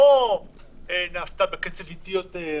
לא נעשתה בקצב איטי ביותר.